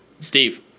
Steve